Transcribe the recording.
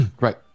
Right